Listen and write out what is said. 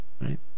right